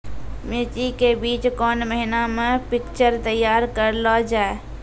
मिर्ची के बीज कौन महीना मे पिक्चर तैयार करऽ लो जा?